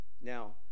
now